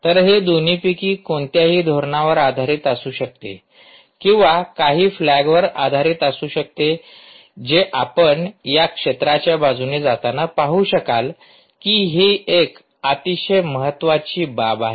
तर हे दोन्हीपैकी कोणत्याही धोरणावर आधारित असू शकते किंवा काही फ्लॅगवर आधारित असू शकते जे आपण या क्षेत्राच्या बाजूने जाताना पाहू शकाल ही एक अतिशय महत्वाची बाब आहे